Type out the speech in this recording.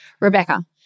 Rebecca